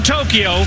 Tokyo